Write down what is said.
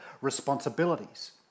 responsibilities